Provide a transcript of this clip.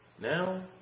Now